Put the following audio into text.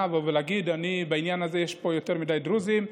לבוא ולהגיד: בעניין הזה יש פה יותר מדי דרוזים,